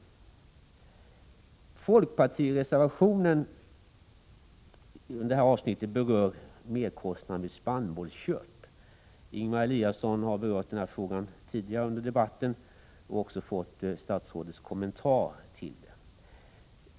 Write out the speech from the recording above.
I en folkpartireservation berörs merkostnaden vid spannmålsköp. Ingemar Eliasson har tagit upp den frågan tidigare under debatten och också fått statsrådets kommentar.